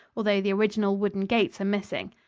although the original wooden gates are missing.